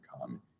come